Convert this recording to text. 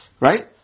Right